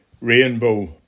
Rainbow